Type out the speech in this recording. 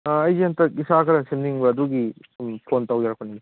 ꯑꯩꯁꯦ ꯍꯟꯗꯛ ꯏꯁꯥ ꯈꯔ ꯁꯦꯝꯅꯤꯡꯕ ꯑꯗꯨꯒꯤ ꯁꯨꯝ ꯐꯣꯟ ꯇꯧꯖꯔꯛꯄꯅꯤ